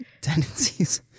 tendencies